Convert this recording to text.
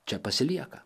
čia pasilieka